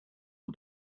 for